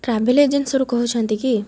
travel ଏଜେନ୍ସିରୁ କହୁଛନ୍ତି କି